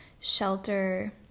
shelter